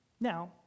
Now